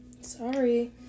Sorry